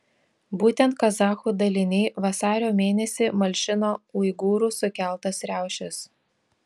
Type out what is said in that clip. būtent kazachų daliniai vasario mėnesį malšino uigūrų sukeltas riaušes